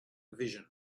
vision